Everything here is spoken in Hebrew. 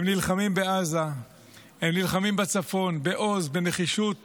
הם נלחמים בעזה והם נלחמים בצפון בעוז ובנחישות